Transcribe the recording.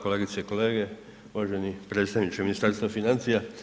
Kolegice i kolege, uvaženi predstavniče Ministarstva financija.